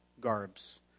garbs